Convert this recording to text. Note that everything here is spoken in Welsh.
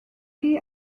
chi